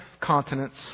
continents